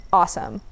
awesome